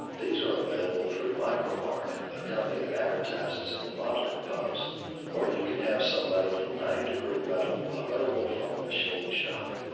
these are available through micro mark a company that advertises in the modeling pubs or you can have some made from ninety degree metal available from a machine shop.